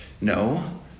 No